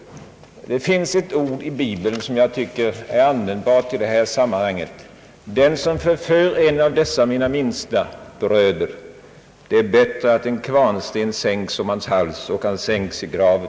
Det finns i bibeln ett ord som jag finner användbart i detta sammanhang: Den som förför en av dessa små, det är bättre att en kvarnsten vore bunden vid hans hals och han sänktes ned i havsens djup.